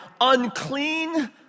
unclean